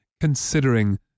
considering